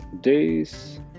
days